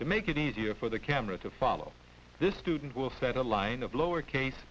to make it easier for the camera to follow this student will set a line of lower case